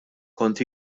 kont